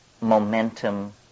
momentum